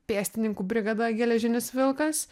pėstininkų brigada geležinis vilkas